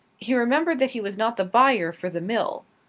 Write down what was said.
he remembered that he was not the buyer for the mill.